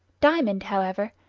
diamond, however,